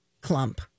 clump